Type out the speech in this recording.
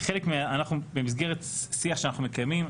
במסגרת שיח שאנחנו מקיימים,